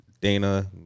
Dana